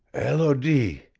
elodie!